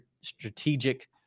strategic